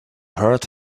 heard